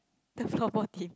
the floorball team